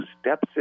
steps